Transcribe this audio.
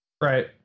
right